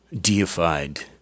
deified